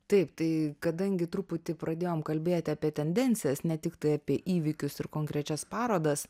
taip tai kadangi truputį pradėjom kalbėti apie tendencijas ne tiktai apie įvykius ir konkrečias parodas